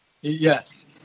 Yes